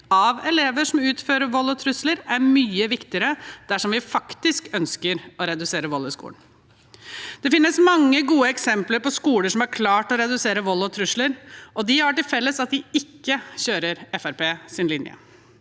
av elever som utfører vold og trusler, er mye viktigere dersom vi faktisk ønsker å redusere vold i skolen. Det finnes mange gode eksempler på skoler som har klart å redusere vold og trusler, og de har til felles at de ikke kjører